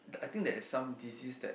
I think there's some disease that